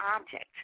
object